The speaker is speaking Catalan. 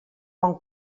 bon